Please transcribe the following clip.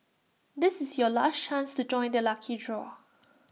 this is your last chance to join the lucky draw